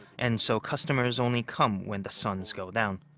and so customers only come when the sun's gone down.